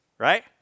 right